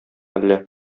әллә